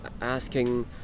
asking